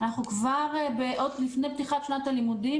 כבר לפני פתיחת שנת הלימודים,